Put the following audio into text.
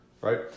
right